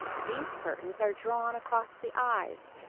these curtains are drawn across the eyes,